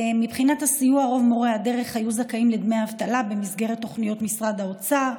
בסיוע למורי הדרך הם היו זכאים לדמי אבטלה במסגרת תוכניות משרד האוצר.